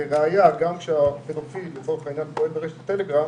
לראיה, גם כשהפדופיל פועל ברשת הטלגרם